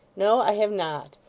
no, i have not.